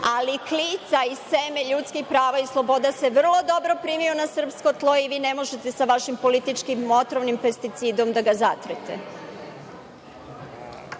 ali klica i seme ljudskih prava i sloboda se vrlo dobro primilo na srpsko tlo i vi ne možete sa vašim političkim otrovnim pesticidom da ga zatrete.